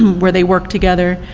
um where they work together,